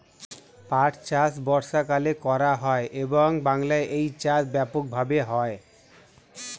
পাট চাষ বর্ষাকালে করা হয় এবং বাংলায় এই চাষ ব্যাপক ভাবে হয়